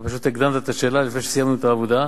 אתה פשוט הקדמת את השאלה, לפני שסיימנו את העבודה.